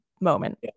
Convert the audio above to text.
moment